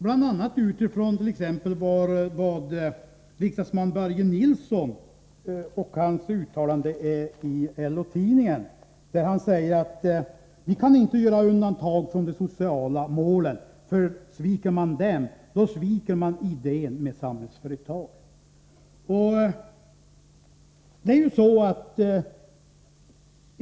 Man kan göra det bl.a. med utgångspunkt i riksdagsman Börje Nilssons uttalande i LO-tidningen, att vi inte kan göra undantag från de sociala målen, eftersom man då sviker idén med Samhällsföretag.